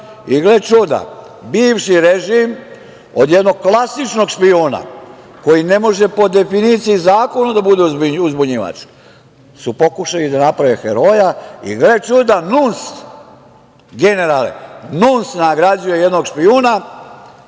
i gle čuda, bivši režim, od jednog kasičnog špijuna koji ne može po definiciji zakona da bude uzbunjivač, su pokušali da naprave heroja, i gle čuda NUNS, generale, NUNS nagrađuje jednog špijuna.